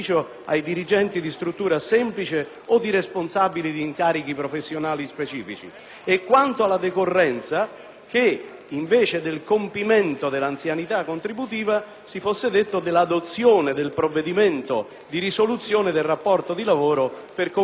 o ai responsabili di incarichi professionali specifici e, quanto alla decorrenza, avrei preferito che, anziché al compimento dell'anzianità contributiva, si fosse fatto riferimento all'adozione del provvedimento di risoluzione del rapporto di lavoro per compimento dell'anzianità massima contributiva;